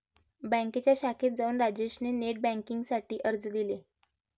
बँकेच्या शाखेत जाऊन राजेश ने नेट बेन्किंग साठी अर्ज दिले